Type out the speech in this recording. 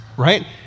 Right